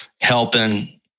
helping